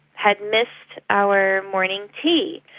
had missed our morning tea,